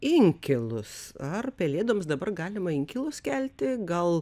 inkilus ar pelėdoms dabar galima inkilus kelti gal